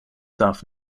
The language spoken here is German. darf